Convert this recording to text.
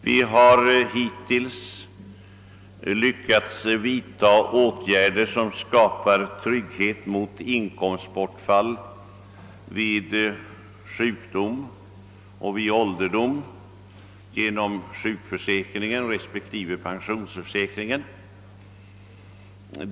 Vi har hittills lyckats vidta åtgärder, som skapar trygghet mot inkomstbortfall vid sjukdom och vid ålderdom genom sjukförsäkringen respektive pensionsförsäkringen.